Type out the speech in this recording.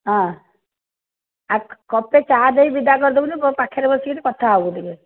ହଁ ଆଉ କପେ ଚା' ଦେଇ ବିଦା କରି ଦେବୁନି ମୋ ପାଖରେ ବସିକରି କଥା ହେବୁ ଟିକେ